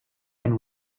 and